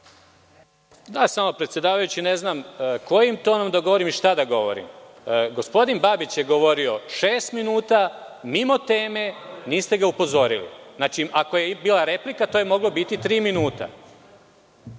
Predsedavajući, samo ne znam kojim tonom da govorim i šta da govorim. Gospodin Babić je govorio šest minuta mimo teme, a niste ga upozorili. Ako je bila replika, to je moglo biti tri minuta.